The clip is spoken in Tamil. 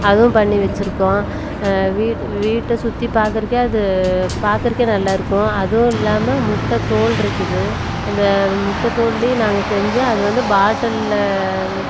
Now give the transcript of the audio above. அதுவும் பண்ணி வச்சுருக்கோம் வீடை வீட்டை சுற்றி பார்க்கறக்கே அது பார்க்கறக்கே நல்லாயிருக்கும் அதுவுல்லாமல் முட்டை தோலிருக்குது அந்த முட்டை தோல்லேயே நாங்கள் செஞ்ச அது வந்து பாட்டிலில்